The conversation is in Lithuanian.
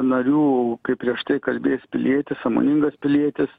narių kaip prieš tai kalbėjęs pilietis sąmoningas pilietis